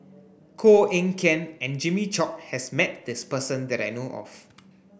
Koh Eng Kian and Jimmy Chok has met this person that I know of